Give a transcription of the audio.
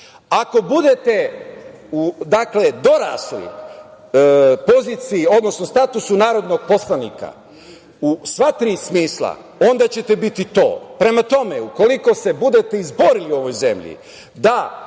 Ako budete dorasli poziciji, odnosno statusu narodnog poslanika u sva tri smisla, onda ćete biti to. Prema tome, ukoliko se budete izborili u ovoj zemlji da